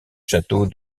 château